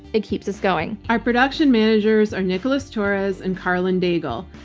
it keeps us going. our production managers are nicholas torres and karlyn daigle.